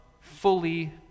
fully